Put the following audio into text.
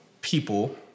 people